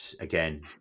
again